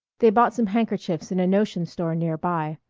they bought some handkerchiefs in a notion store near by.